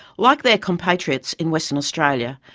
like their compatriots in western australia,